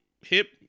hip